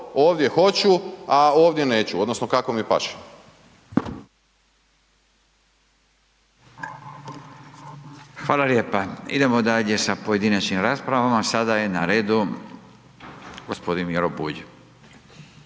ovdje hoću, a ovdje neću odnosno kako mi paše. **Radin, Furio (Nezavisni)** Hvala lijepa. Idemo dalje sa pojedinačnim raspravama. Sada je na redu gospodin Miro Bulj.